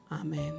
Amen